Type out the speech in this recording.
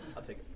i'll take